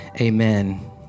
amen